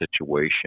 situation